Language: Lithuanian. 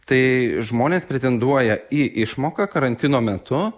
tai žmonės pretenduoja į išmoką karantino metu